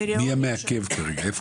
מי המעכב כרגע?